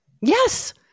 Yes